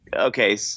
okay